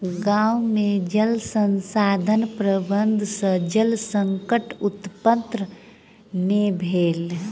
गाम में जल संसाधन प्रबंधन सॅ जल संकट उत्पन्न नै भेल